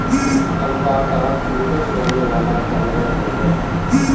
alpaca झुण्डत रहनेवाला जंवार ह छे